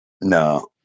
No